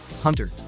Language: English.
Hunter